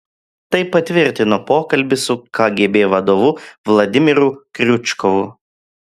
tai patvirtino pokalbis su kgb vadovu vladimiru kriučkovu